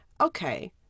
okay